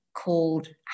Called